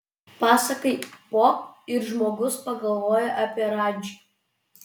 pasakai pop ir žmogus pagalvoja apie radžį